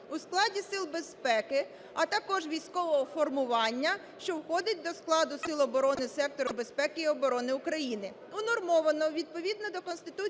у складі сил безпеки, а також військового формування, що входить до складу сил оборони сектору безпеки і оборони України. Унормовано відповідно до Конституції